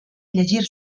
llegir